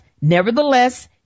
nevertheless